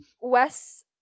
Wes